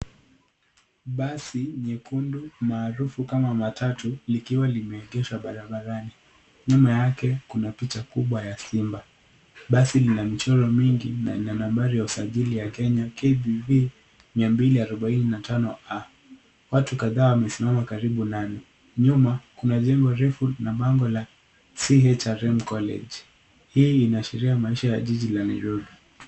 Basi nyekundu, maarufu kama matatu, likiwa limeegeshwa barabarani. Nyuma yake kuna picha kubwa ya simba. Basi lina michoro mingi na lina nambari ya usajili ya Kenya KBV 245A. Watu kadhaa wamesimama karibu nalo. Nyuma, kuna jengo refu na bango la CHRM College. Hii inaashiria maisha ya jiji la Nairobi.